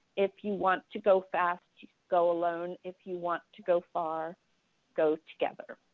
if you want to go fast go alone, if you want to go far go together.